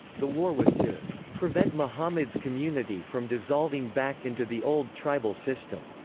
the war was to prevent muhammad's community from dissolving back into the old tribal system,